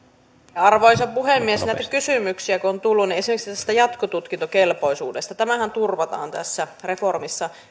arvoisa puhemies kun näitä kysymyksiä on tullut esimerkiksi tästä jatkotutkintokelpoisuudesta niin tämähän turvataan tässä reformissa